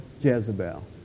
Jezebel